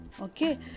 Okay